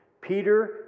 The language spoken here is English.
Peter